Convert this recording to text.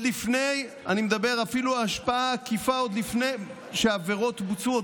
אני מדבר אפילו על ההשפעה העקיפה עוד לפני שהעבירות בוצעו.